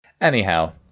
Anyhow